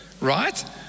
right